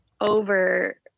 over